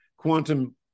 quantum